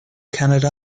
canada